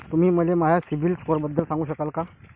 तुम्ही मले माया सीबील स्कोअरबद्दल सांगू शकाल का?